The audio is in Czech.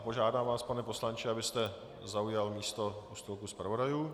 Požádám vás, pane poslanče, abyste zaujal místo u stolku zpravodajů.